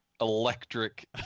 Electric